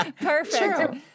Perfect